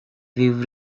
view